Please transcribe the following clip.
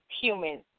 humans